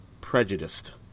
prejudiced